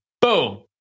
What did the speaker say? boom